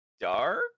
Dark